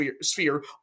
sphere